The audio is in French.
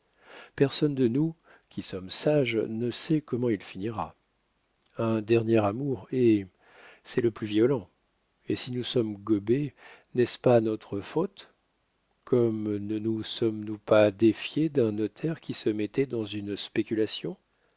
personne de nous qui sommes sages ne sait comment il finira un dernier amour eh c'est le plus violent et si nous sommes gobés n'est-ce pas notre faute comment ne nous sommes-nous pas défiés d'un notaire qui se mettait dans une spéculation